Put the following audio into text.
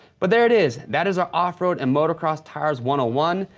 but there it is! that is our off-road and motocross tires one one.